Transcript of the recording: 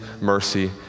mercy